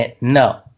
no